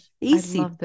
Easy